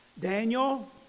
Daniel